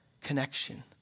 connection